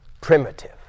primitive